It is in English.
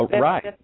Right